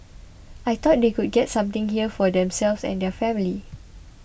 I thought they could get something here for themselves and their families